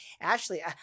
Ashley